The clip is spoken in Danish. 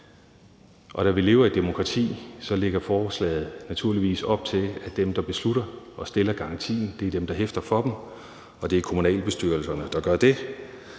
Og da vi lever i et demokrati, lægger forslaget naturligvis op til, at dem, der tager beslutningen og stiller garantien, er dem, der hæfter for den, og det er kommunalbestyrelserne, der gør det.